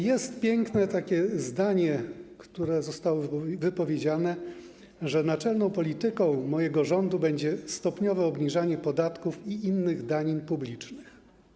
Jest piękne zdanie, które zostało wypowiedziane: naczelną polityką mojego rządu będzie stopniowe obniżanie podatków i innych danin publicznych.